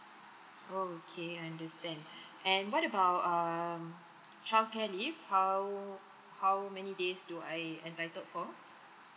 okay understand and what about um child care leave how how many days do I entitled for